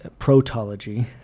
protology